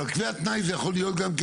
אבל קביעת תנאי זה יכול להיות גם כן